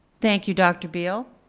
thank you, dr. beale.